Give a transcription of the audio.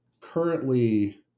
Currently